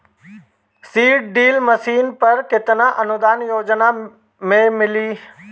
Seed drill machine पर केतना अनुदान योजना में मिली?